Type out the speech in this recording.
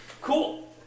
Cool